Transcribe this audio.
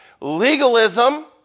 Legalism